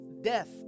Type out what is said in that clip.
death